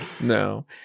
No